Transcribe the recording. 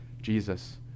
Jesus